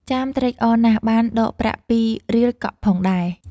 ចាមត្រេកអរណាស់បានដកប្រាក់ ២ រៀលកក់ផងដែរ។